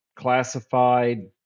Classified